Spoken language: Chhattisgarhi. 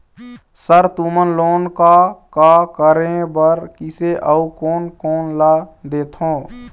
सर तुमन लोन का का करें बर, किसे अउ कोन कोन ला देथों?